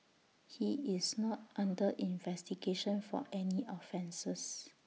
he is not under investigation for any offences